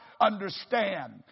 understand